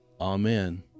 amen